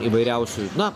įvairiausių na